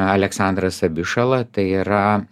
aleksandras abišala tai yra